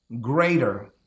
greater